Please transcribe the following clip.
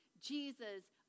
Jesus